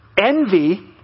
Envy